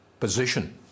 position